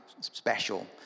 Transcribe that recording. special